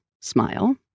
smile